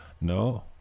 No